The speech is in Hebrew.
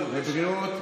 הכבוד, דודי.